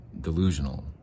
delusional